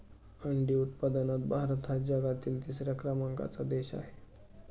अंडी उत्पादनात भारत हा जगातील तिसऱ्या क्रमांकाचा देश आहे